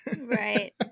Right